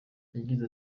yagize